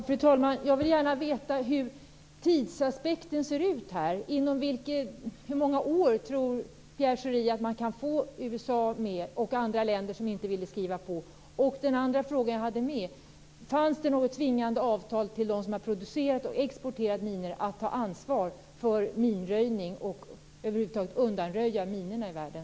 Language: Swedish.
Fru talman! Jag vill gärna veta hur tidsaspekten ser ut. Hur många år tror Pierre Schori att det dröjer innan man kan få med USA och andra länder som inte vill skriva på? Fanns det något tvingande avtal för dem som har producerat och exporterat minor att ta ansvar för minröjningen i världen?